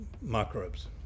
microbes